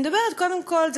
אני מדברת קודם כול,